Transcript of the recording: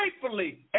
Faithfully